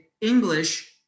English